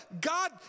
God